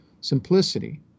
Simplicity